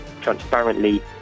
transparently